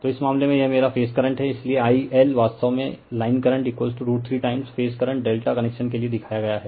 तो इस मामले में यह मेरा फेज करंट है इसलिए IL वास्तव में line current 3 time phase current ∆ connection के लिए दिखाया गया है